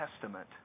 Testament